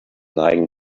neigen